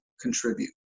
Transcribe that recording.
contribute